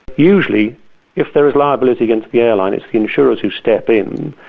usually if there is liability against the airline it's the insurers who step in,